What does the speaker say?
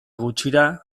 gutxira